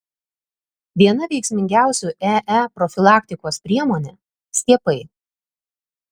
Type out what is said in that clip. viena veiksmingiausių ee profilaktikos priemonė skiepai